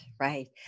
right